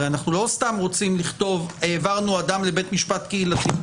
הרי אנחנו לא סתם רוצים לכתוב: העברנו אדם לבית משפט קהילתי.